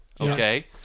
Okay